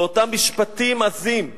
באותם משפטים עזים,